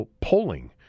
polling